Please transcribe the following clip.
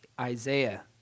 Isaiah